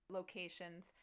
locations